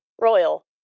royal